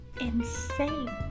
insane